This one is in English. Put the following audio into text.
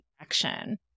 action